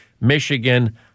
Michigan